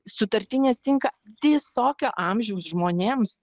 sutartinės tinka visokio amžiaus žmonėms